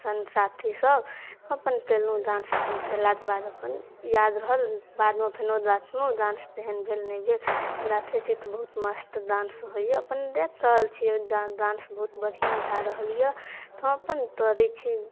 सङ्ग साथी सब हम अपन कयलहुँ डान्स अपन कयलाके बाद अपन याद रहल बादमे फेनो देखलहुँ डान्स केहन भेल नहि भेल देखै छी तऽ बहुत मस्त डान्स होइए अपन देख रहल छी डान्स बहुत बढ़िआँ भए रहल यऽ तऽ हम अपन करै छी